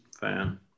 fan